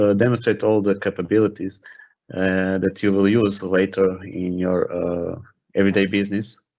ah demonstrate all the capabilities and that you will use later in your everyday business.